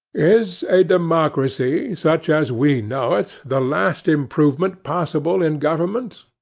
is a democracy, such as we know it, the last improvement possible in government?